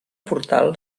portal